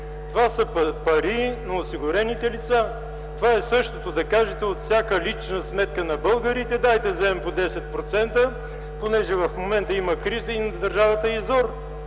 Това са пари на осигурените лица. Това е същото да кажете: „От всяка лична сметка на българите дайте да вземем по 10%, понеже в момента има криза и на държавата и е зор”.